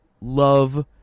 love